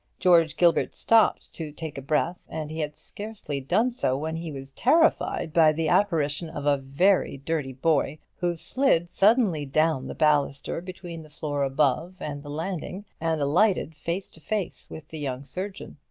george gilbert stopped to take breath and he had scarcely done so, when he was terrified by the apparition of a very dirty boy, who slid suddenly down the baluster between the floor above and the landing, and alighted face to face with the young surgeon.